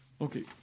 Okay